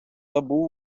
забув